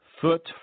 foot